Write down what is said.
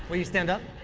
but you stand up.